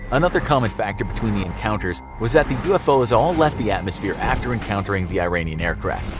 another common factor between the encounters was that the ufos all left the atmosphere after encountering the iranian aircrafts.